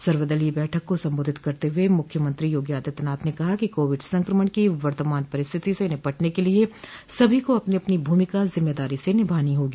सर्वदलीय बैठक को संबोधित करते हुए मुख्यमत्री योगी आदित्यनाथ ने कहा कि कोविड संक्रमण की वर्तमान परिस्थिति से निपटने को लिये सभी को अपनी अपनी भूमिका जिम्मेदारी से निभानी होगी